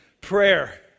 Prayer